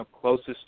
closest